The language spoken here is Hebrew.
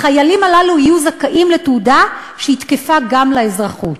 החיילים הללו יהיו זכאים לתעודה שהיא תקפה גם לאזרחות.